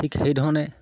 ঠিক সেইধৰণে